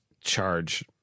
charge